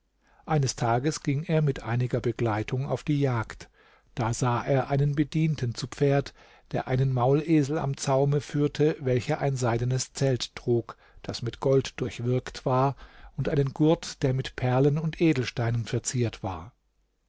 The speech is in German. eines tages ging er mit einiger begleitung auf die jagd da sah er einen bedienten zu pferd der einen maulesel am zaume führte welcher ein seidenes zelt trug das mit gold durchwirkt war und einen gurt der mit perlen und edelsteinen verziert war